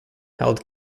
held